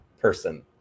person